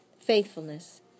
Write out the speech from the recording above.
faithfulness